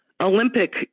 Olympic